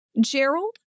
Gerald